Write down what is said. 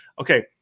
Okay